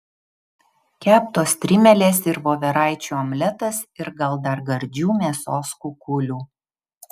keptos strimelės ir voveraičių omletas ir gal dar gardžių mėsos kukulių